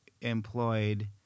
employed